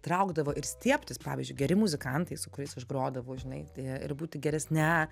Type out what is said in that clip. traukdavo ir stiebtis pavyzdžiui geri muzikantai su kuriais aš grodavau žinai i ir būti geresne